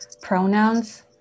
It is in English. pronouns